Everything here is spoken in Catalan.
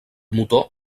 motor